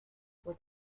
was